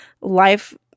life